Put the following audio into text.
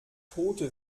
tote